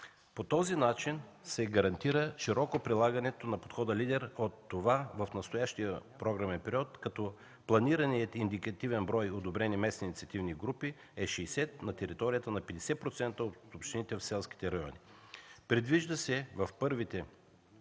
По този начин се гарантира по-широко прилагане на подхода „Лидер” от това през настоящия програмен период, като планираният индикативен брой одобрени местни инициативни групи е 60 на територията на 50% от общините в селските райони. Предвижда се първите